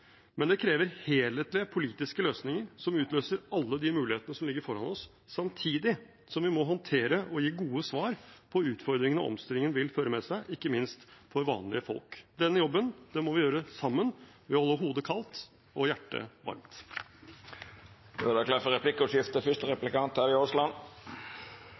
Men det krever helhetlige politiske løsninger som utløser alle de mulighetene som ligger foran oss. Samtidig må vi håndtere og gi gode svar på utfordringene omstillingen vil føre med seg, ikke minst for vanlige folk. Denne jobben må vi gjøre sammen ved å holde hodet kaldt og hjertet varmt. Det vert replikkordskifte. Jeg er